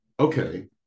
okay